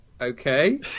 okay